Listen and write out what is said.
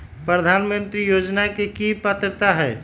प्रधानमंत्री योजना के की की पात्रता है?